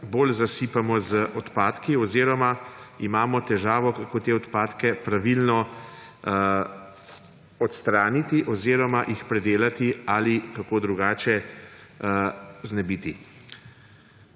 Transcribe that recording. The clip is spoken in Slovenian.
bolj zasipamo z odpadki oziroma imamo težavo, kako te odpadke pravilno odstraniti oziroma jih predelati ali kako drugače se jih